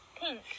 pink